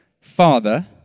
Father